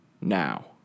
now